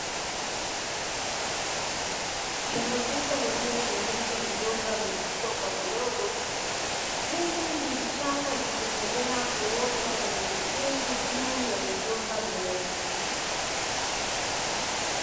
shamba kubwa lilisheheni migomba mikubwa kwa midogo, huku ndizi changa zikiendelea kuota kwenye mikungu juu nya migomba mirefu.